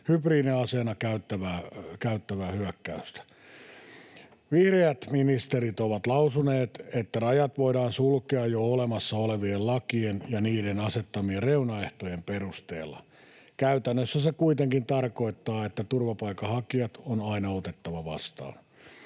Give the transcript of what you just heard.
hybridiaseena käyttävää hyökkäystä. Vihreät ministerit ovat lausuneet, että rajat voidaan sulkea jo olemassa olevien lakien ja niiden asettamien reunaehtojen perusteella. Käytännössä se kuitenkin tarkoittaa, että turvapaikanhakijat on aina otettava vastaan.